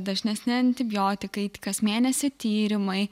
dažnesni antibiotikai kas mėnesį tyrimai